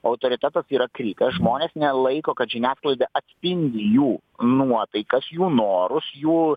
autoritetas yra kritęs žmonės nelaiko kad žiniasklaida atspindi jų nuotaikas jų norus jų